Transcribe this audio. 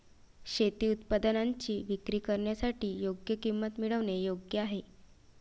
शेती उत्पादनांची विक्री करण्यासाठी योग्य किंमत मिळवणे योग्य आहे